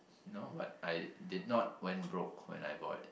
no but I did not went broke when I bought it